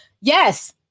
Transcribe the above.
yes